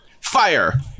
Fire